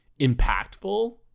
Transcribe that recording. impactful